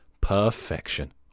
Perfection